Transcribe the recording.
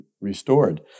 restored